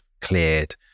cleared